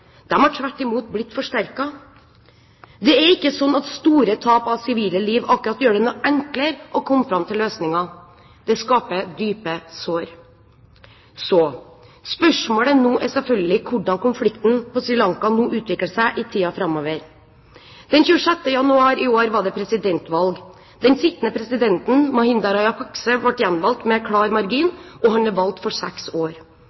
har tvert imot blitt forsterket. Det er ikke sånn at store tap av sivile liv akkurat gjør det noe enklere å komme fram til løsninger. Det skaper dype sår. Så spørsmålet nå er selvfølgelig hvordan konflikten på Sri Lanka nå utvikler seg i tiden framover. Den 26. januar i år var det presidentvalg. Den sittende presidenten Mahinda Rajapaksa ble gjenvalgt med klar margin, og han er valgt for seks år.